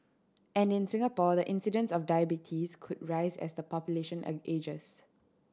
and in Singapore the incidence of diabetes could rise as the population an ages